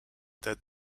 that